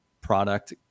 product